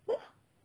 !huh!